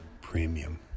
premium